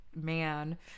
man